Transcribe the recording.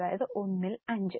അതായത് 1 ൽ 5